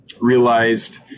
realized